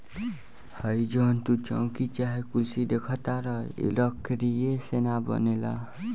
हइ जवन तू चउकी चाहे कुर्सी देखताड़ऽ इ लकड़ीये से न बनेला